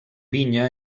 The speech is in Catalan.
vinya